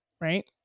right